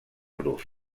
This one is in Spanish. cruz